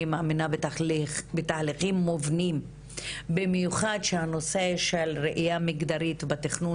אני מאמינה בתהליכים מובנים במיוחד שהנושא של ראייה מגדרית בתכנון